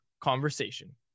Conversation